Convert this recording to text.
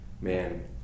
man